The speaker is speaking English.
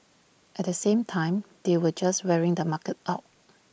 at the same time they were just wearing the market out